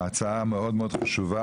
ההצעה חשובה מאוד.